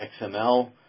XML